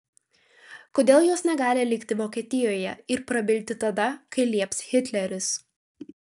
kodėl jos negali likti vokietijoje ir prabilti tada kai lieps hitleris